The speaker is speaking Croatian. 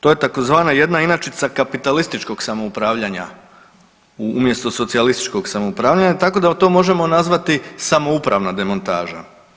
To je tzv. jedna inačica kapitalističkog samoupravljanja umjesto socijalističkog samoupravljanja, tako da to možemo nazvati samoupravna demontaža.